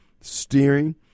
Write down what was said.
steering